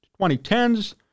2010s